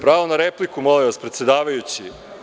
Pravo na repliku, molim vas, predsedavajući.